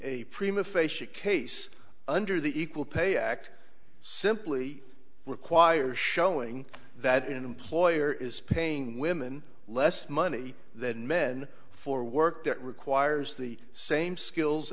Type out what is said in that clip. facia case under the equal pay act simply requires showing that an employer is paying women less money than men for work that requires the same skills